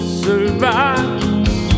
survive